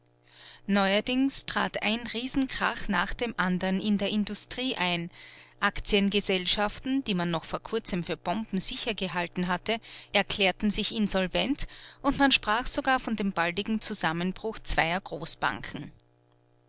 neuerdings trat ein riesenkrach nach dem anderen in der industrie ein aktiengesellschaften die man noch vor kurzem für bombensicher gehalten hatte erklärten sich insolvent und man sprach sogar von dem baldigen zusammenbruch zweier großbanken